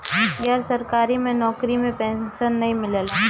गैर सरकारी नउकरी में पेंशन ना मिलेला